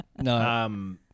No